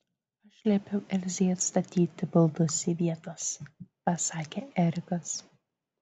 aš liepiau elzei atstatyti baldus į vietas pasakė erikas